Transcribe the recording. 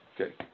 Okay